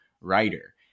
writer